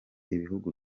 ibihugu